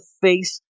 face